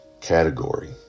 category